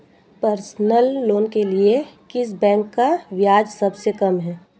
Personal loan के लिए किस बैंक का ब्याज सबसे कम है?